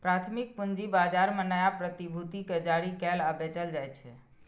प्राथमिक पूंजी बाजार मे नया प्रतिभूति कें जारी कैल आ बेचल जाइ छै